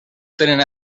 tenen